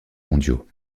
mondiaux